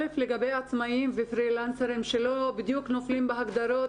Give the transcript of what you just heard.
ראשית לגבי התנאים ופרי-לנסרים שלא בדיוק נופלים בהגדרות